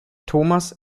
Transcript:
thomas